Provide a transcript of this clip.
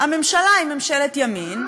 הממשלה היא ממשלת ימין,